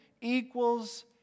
equals